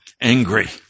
angry